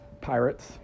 Pirates